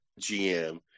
GM